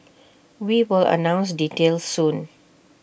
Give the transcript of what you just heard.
we will announce details soon